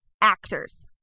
actors